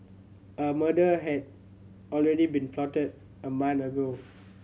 a murder had already been plotted a month ago